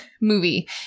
movie